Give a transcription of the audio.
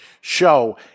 show